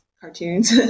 cartoons